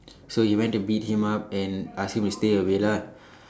so he went to beat him up and ask him to stay away lah